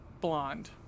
blonde